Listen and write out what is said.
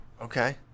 Okay